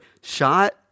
shot